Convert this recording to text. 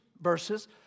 verses